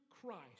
Christ